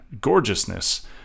gorgeousness